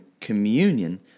communion